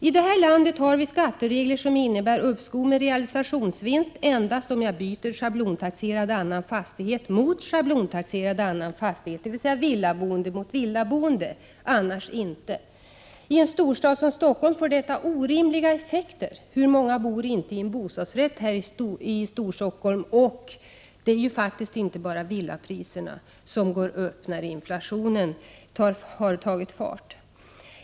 I det här landet har vi skatteregler som innebär uppskov med realisationsvinst endast om man byter schablontaxerad annan fastighet mot schablontaxerad annan fastighet, dvs. villaboende mot villaboende, annars inte. I en storstad som Stockholm får detta orimliga effekter. Hur många bor inte i en bostadsrätt här i Stockholm? Det är ju inte bara villapriserna som går upp när inflationen har tagit fart.